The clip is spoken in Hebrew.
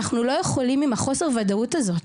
אנחנו לא יכולים עם החוסר וודאות הזאת,